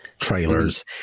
trailers